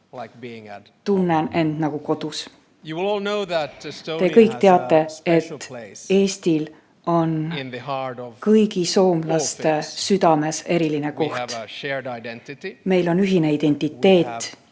tunnen end nagu kodus. Te kõik teate, et Eestil on kõigi soomlaste südames eriline koht. Meil on ühine identiteet,